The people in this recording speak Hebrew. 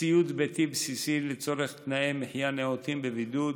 ציוד ביתי בסיסי לצורך תנאי מחיה נאותים בבידוד,